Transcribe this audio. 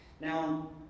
Now